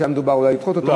היה מדובר אולי לדחות אותה,